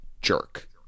jerk